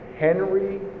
Henry